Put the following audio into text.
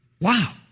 Wow